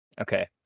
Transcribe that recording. Okay